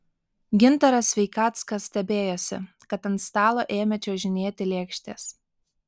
gintaras sveikackas stebėjosi kad ant stalo ėmė čiuožinėti lėkštės